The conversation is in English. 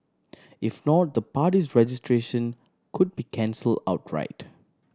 if not the party's registration could be cancel outright